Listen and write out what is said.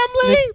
family